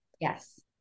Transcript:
Yes